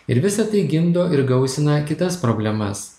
ir visa tai gimdo ir gausina kitas problemas